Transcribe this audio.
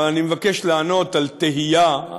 אני מבקש לענות על תהייה,